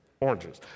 oranges